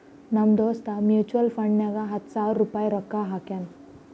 ನಮ್ ದೋಸ್ತ್ ಮ್ಯುಚುವಲ್ ಫಂಡ್ನಾಗ್ ಹತ್ತ ಸಾವಿರ ರುಪಾಯಿ ರೊಕ್ಕಾ ಹಾಕ್ಯಾನ್